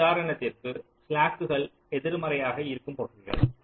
உதாரணத்திற்கு ஸ்லாக்குகள் எதிர்மறையாக இருக்கும் பகுதிகள்